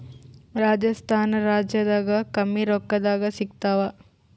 ರಾಜಸ್ಥಾನ ರಾಜ್ಯದಾಗ ಕಮ್ಮಿ ರೊಕ್ಕದಾಗ ಸಿಗತ್ತಾವಾ?